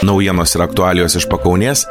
naujienos ir aktualijos iš pakaunės